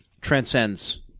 transcends